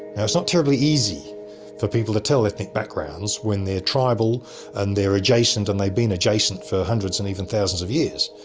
now it's not terribly easy for people to tell ethnic backgrounds when they're tribal and they're adjacent and they've been adjacent for hundreds and even thousands of years.